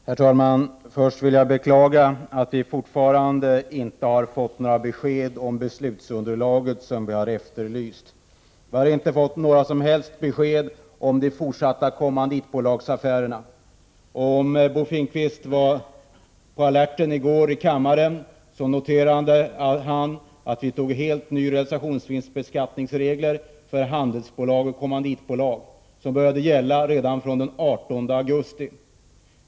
Herr talman! Först vill jag beklaga att vi fortfarande inte har fått några besked om det beslutsunderlag som vi har efterlyst. Vi har inte fått några som helst besked om de fortsatta kommanditbolagsaffärerna. Om Bo Finnkvist var på alerten i går i kammaren, noterade han att vi fattade beslut om helt nya regler för realisationsvinstbeskattning för handelsbolag och kommanditbolag. De började gälla redan från den 18 augusti.